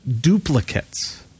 duplicates